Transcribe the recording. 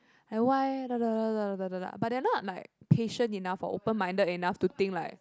like why but they're not like patient enough or open minded enough to think like